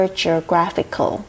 geographical